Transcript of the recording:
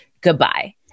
Goodbye